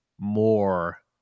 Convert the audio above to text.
more